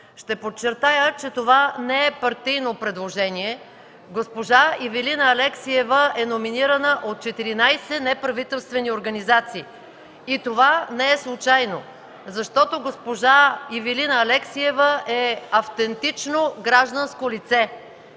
Ще подчертая, че това не е партийно предложение. Госпожа Ивилина Алексиева е номинирана от 14 неправителствени организации и това не е случайно. Госпожа Ивилина Алексиева е автентично гражданско лице